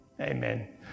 amen